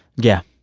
yeah,